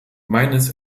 meines